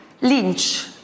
Lynch